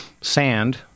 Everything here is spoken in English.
sand